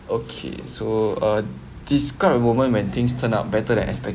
okay so uh describe a moment when things turn out better than expected